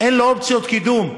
אין לו אופציות קידום.